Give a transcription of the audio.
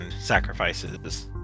sacrifices